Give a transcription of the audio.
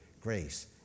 grace